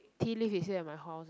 tea leaf is here at my house leh